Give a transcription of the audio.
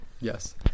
Yes